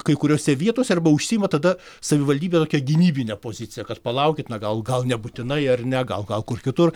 kai kuriose vietose arba užsiima tada savivaldybė tokia gynybine pozicija kad palaukit na gal gal nebūtinai ar ne gal gal kur kitur